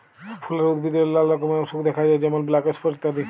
ফুলের উদ্ভিদে লালা রকমের অসুখ দ্যাখা যায় যেমল ব্ল্যাক স্পট ইত্যাদি